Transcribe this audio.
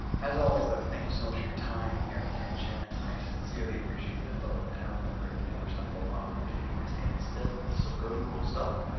as always, though, thank you so much for your time and your attention. i sincerely appreciate them both. and remember, you never stumble upon opportunity by standing still, so go do cool stuff.